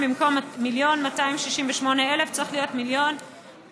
במקום "1,268,000" צריך להיות "1,286,000".